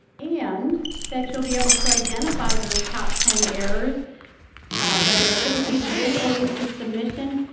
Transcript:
and that you'll be able to identify those top ten errors that are associated with oasis submission,